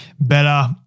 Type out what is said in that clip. better